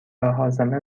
هاضمه